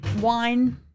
wine